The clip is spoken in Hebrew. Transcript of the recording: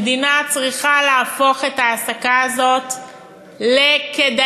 המדינה צריכה להפוך את ההעסקה הזאת לכדאית.